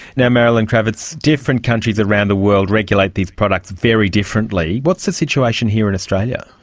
yeah marilyn krawitz, different countries around the world regulate these products very differently. what's the situation here in australia?